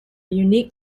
unique